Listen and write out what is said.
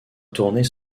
tourner